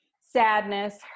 sadness